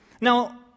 now